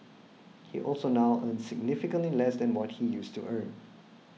he also now earns significantly less than what he used to earn